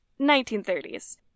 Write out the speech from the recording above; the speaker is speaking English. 1930s